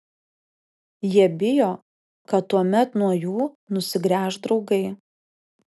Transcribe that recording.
jie bijo kad tuomet nuo jų nusigręš draugai